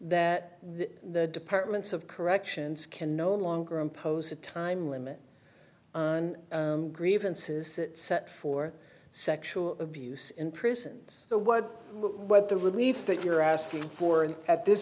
that the departments of corrections can no longer impose a time limit on grievances set for sexual abuse in prisons so what what the relief that you're asking for and at this